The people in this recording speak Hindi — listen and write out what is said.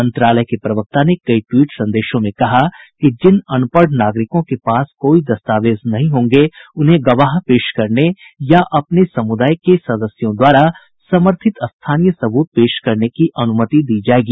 मंत्रालय के प्रवक्ता ने कई ट्वीट संदेशों में कहा है कि जिन अनपढ़ नागरिकों के पास कोई दस्तावेज नहीं होंगे उन्हें गवाह पेश करने या अपने समुदाय के सदस्यों द्वारा समर्थित स्थानीय सबूत पेश करने की अनुमति दी जाएगी